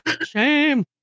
Shame